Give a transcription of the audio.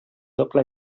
doble